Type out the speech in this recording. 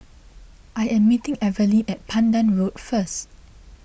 I am meeting Evelyne at Pandan Road first